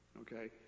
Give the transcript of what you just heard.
Okay